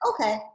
Okay